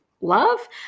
love